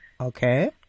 Okay